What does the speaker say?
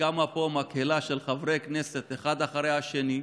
וקמה פה מקהלה של חברי כנסת, אחד אחרי השני,